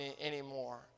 anymore